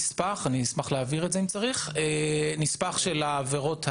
יש נספח של העבירות האלו,